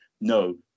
no